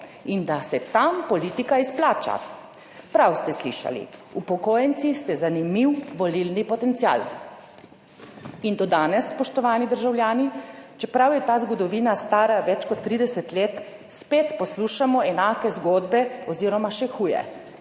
in da se tam politika izplača. Prav ste slišali, upokojenci, ste zanimiv volilni potencial in do danes, spoštovani državljani, čeprav je ta zgodovina stara več kot 30 let, spet poslušamo enake zgodbe oziroma še huje,